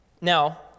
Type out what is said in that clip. Now